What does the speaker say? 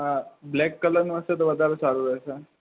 હા બ્લેક કલરનું હશે તો વધારે સારું રહેશે